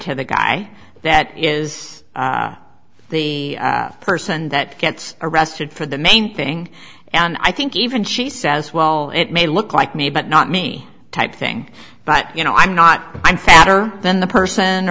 to the guy that is the person that gets arrested for the main thing and i think even she says well it may look like may but not me type thing but you know i'm not i'm fatter than the person